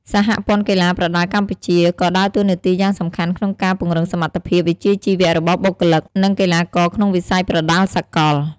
សហព័ន្ធកីឡាប្រដាល់កម្ពុជា ក៏ដើរតួនាទីយ៉ាងសំខាន់ក្នុងការពង្រឹងសមត្ថភាពវិជ្ជាជីវៈរបស់បុគ្គលិក និងកីឡាករក្នុងវិស័យប្រដាល់សកល។